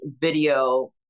video